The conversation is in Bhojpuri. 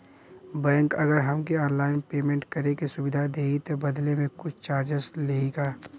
बैंक अगर हमके ऑनलाइन पेयमेंट करे के सुविधा देही त बदले में कुछ चार्जेस लेही का?